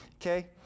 Okay